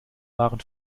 waren